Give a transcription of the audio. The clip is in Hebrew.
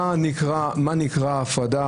מה נקראת הפרדה,